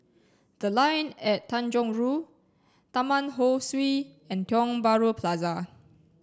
the line at Tanjong Rhu Taman Ho Swee and Tiong Bahru Plaza